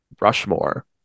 Rushmore